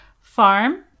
farm